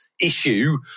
issue